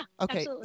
Okay